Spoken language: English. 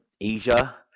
Asia